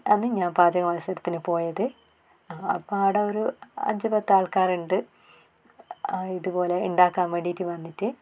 അന്ന് ഞാൻ പാചക മത്സരത്തിന് പോയത് ആ അപ്പോൾ അവിടെ ഒരു അഞ്ച് പത്ത് ആൾക്കാരുണ്ട് ആ ഇതുപോലെ ഉണ്ടാക്കാൻ വേണ്ടി വന്നിട്ട്